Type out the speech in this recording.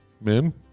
Men